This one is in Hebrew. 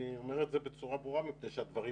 אני אומר את זה בצורה ברורה מפני שהדברים